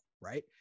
right